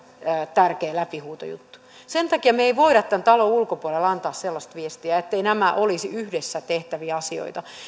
tärkeä läpihuutojuttu sen takia me me emme voi tämän talon ulkopuolelle antaa sellaista viestiä etteivät nämä olisi yhdessä tehtäviä asioita